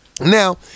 Now